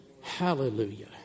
Hallelujah